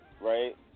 Right